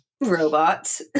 robots